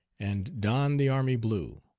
and don the army blue.